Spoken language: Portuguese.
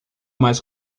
mais